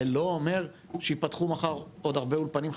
זה לא אומר שייפתחו מחר עוד הרבה אולפנים חדשים.